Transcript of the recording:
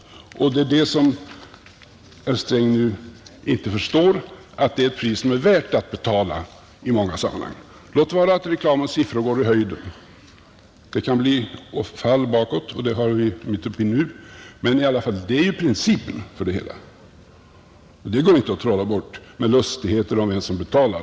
Det är detta som herr Sträng nu inte förstår, nämligen att det är ett pris som är värt att betala i många sammanhang, Låt vara att reklamens siffror går i höjden — det kan bli ett fall bakåt och det är vi mitt uppe i nu — men det är i alla fall principen för det hela, Detta går inte att trolla bort med lustigheter om vem som betalar.